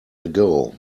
ago